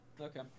Okay